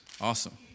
Awesome